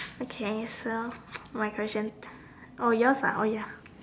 okay so my question oh you want start oh ya